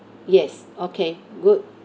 yes okay good